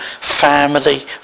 family